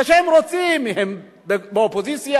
כשהם רוצים הם באופוזיציה,